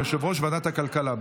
יושב-ראש ועדת הכלכלה.